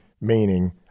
meaning